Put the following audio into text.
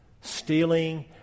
stealing